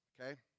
okay